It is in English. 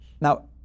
Now